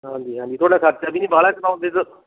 ਹਾਂਜੀ ਹਾਂਜੀ ਤੁਹਾਡਾ ਖਰਚਾ ਵੀ ਨਹੀਂ ਬਾਹਲਾ ਕਰਾਉਂਦੇ ਸਰ